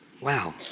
Wow